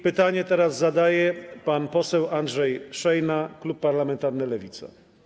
Pytanie teraz zadaje pan poseł Andrzej Szejna, klub parlamentarny Lewica.